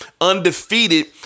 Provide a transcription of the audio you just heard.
undefeated